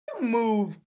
Move